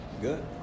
good